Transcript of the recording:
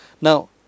Now